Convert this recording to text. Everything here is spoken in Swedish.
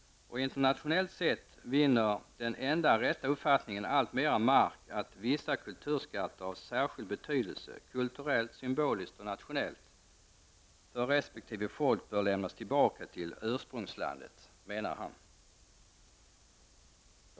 Han menade också att den enda rätta uppfattningen, dvs. att vissa kulturskatter av särskild betydelse -- kulturellt, symboliskt och nationellt -- för resp. folk bör lämnas tillbaka till ursprungslandet, internationellt sett vinner alltmera mark.